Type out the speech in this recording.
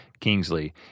Kingsley